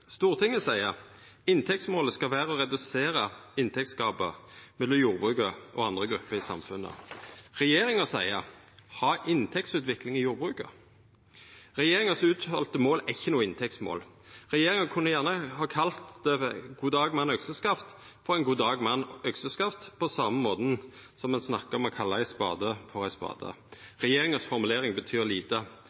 Stortinget seier at inntektsmålet skal vera å redusera inntektsgapet mellom jordbruket og andre grupper i samfunnet. Regjeringa seier: ha inntektsutvikling i jordbruket. Regjeringas uttalte mål er ikkje noko inntektsmål. Regjeringa kunne like gjerne ha kalla ein «god dag mann, økseskaft» for ein «god dag mann, økseskaft», på same måten som ein snakkar om å kalla ein spade for ein spade. Formuleringa til regjeringa betyr lite,